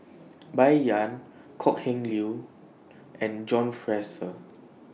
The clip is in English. Bai Yan Kok Heng Leun and John Fraser